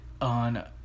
on